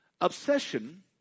Obsession